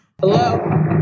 Hello